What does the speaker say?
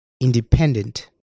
Independent